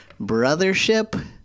brothership